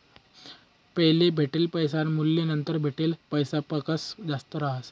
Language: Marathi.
पैले भेटेल पैसासनं मूल्य नंतर भेटेल पैसासपक्सा जास्त रहास